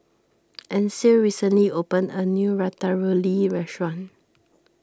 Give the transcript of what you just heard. Ancil recently opened a new Ratatouille restaurant